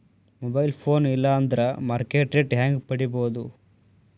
Mobile phone ಇಲ್ಲಾ ಅಂದ್ರ market rate ಹೆಂಗ್ ಪಡಿಬೋದು?